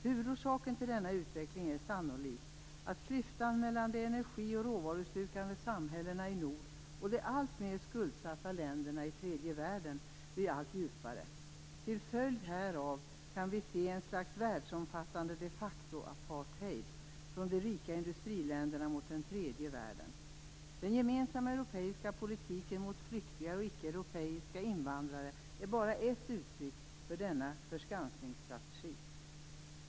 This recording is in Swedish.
Huvudorsaken till denna utveckling är sannolikt att klyftan mellan de energi och råvaruslukande samhällena i norr och de alltmer skuldsatta länderna i tredje världen blir allt djupare. Till följd härav kan vi se att ett slags världsomfattande de-facto-apartheid utövas av de rika industriländerna mot den tredje världen. Den gemensamma europeiska politiken mot flyktingar och icke europeiska invandrare är bara ett uttryck för denna förskansningsstrategi.